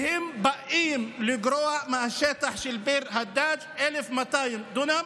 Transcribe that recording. והם באים לגרוע מהשטח של ביר הדאג' 1,200 דונם,